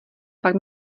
pak